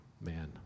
man